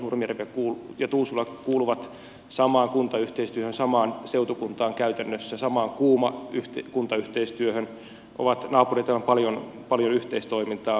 nurmijärvi ja tuusula kuuluvat samaan kuntayhteistyöhön samaan seutukuntaan käytännössä samaan kuuma kuntayhteistyöhön ovat naapureita ja on paljon yhteistoimintaa